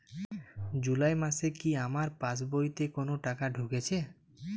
জুলাই মাসে কি আমার পাসবইতে কোনো টাকা ঢুকেছে?